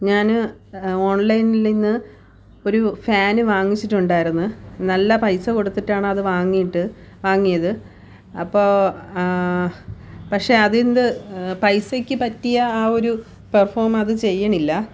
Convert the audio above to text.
ഞാൻ ഓൺലൈനിൽ നിന്ന് ഒരു ഫാന് വാങ്ങിച്ചിട്ടുണ്ടായിരുന്നു നല്ല പൈസ കൊടുത്തിട്ടാണ് അത് വാങ്ങീട്ട് വാങ്ങിയത് അപ്പോൾ പക്ഷേ അതിൻ്റെ പൈസയ്ക്ക് പറ്റിയ ആ ഒരു പെർഫോം അത് ചെയ്യണില്ല